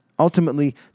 Ultimately